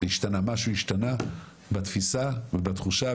שמשהו השתנה בתפיסה ובתחושה.